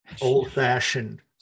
Old-fashioned